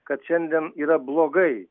kad šiandien yra blogai